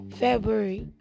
February